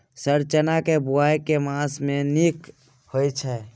Sir चना केँ बोवाई केँ मास मे नीक होइ छैय?